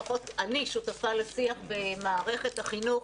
לפחות אני שותפה לשיח במערכת החינוך,